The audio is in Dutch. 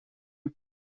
een